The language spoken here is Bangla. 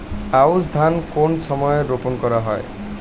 আউশ ধান কোন সময়ে রোপন করা হয়?